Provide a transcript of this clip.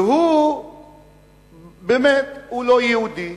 והוא באמת לא יהודי